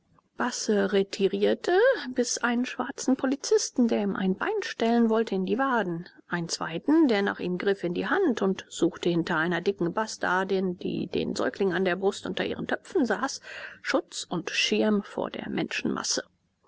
basse retirierte biß einen schwarzen polizisten der ihm ein bein stellen wollte in die wade einen zweiten der nach ihm griff in die hand und suchte hinter einer dicken bastardin die den säugling an der brust unter ihren töpfen saß schutz und schirm vor der menschenmasse